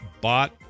bought